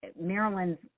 Maryland's